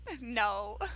no